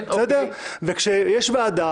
כשיש ועדה